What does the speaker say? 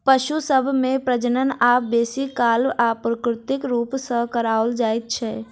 पशु सभ मे प्रजनन आब बेसी काल अप्राकृतिक रूप सॅ कराओल जाइत छै